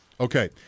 Okay